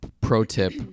Pro-tip